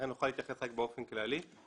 לכן נוכל להתייחס רק באופן כללי.